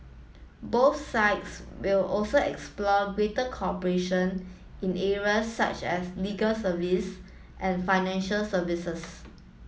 both sides will also explore greater cooperation in areas such as legal service and financial services